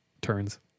turns